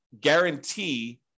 guarantee